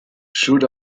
should